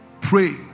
pray